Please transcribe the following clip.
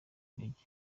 intege